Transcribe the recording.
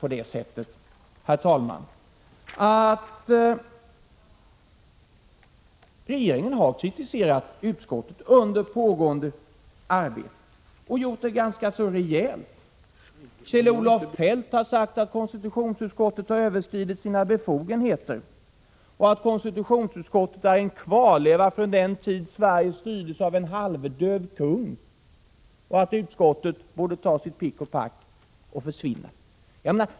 Regeringen har faktiskt kritiserat utskottet ganska rejält under pågående arbete. Kjell-Olof Feldt har sagt att konstitutionsutskottet har överskridit sina befogenheter, att konstitutionsutskottet är en kvarleva från en tid då Sverige styrdes av en halvdöv kung och att utskottet borde ta sitt pick och pack och försvinna.